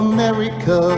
America